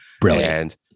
Brilliant